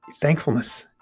thankfulness